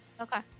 okay